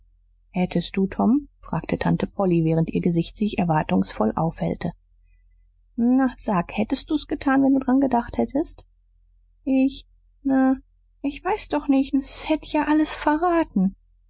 hättst du tom fragte tante polly während ihr gesicht sich erwartungsvoll aufhellte na sag hättst du's getan wenn du dran gedacht hättest ich na ich weiß doch nicht s hätt ja alles verraten